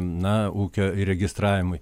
na ūkio įregistravimui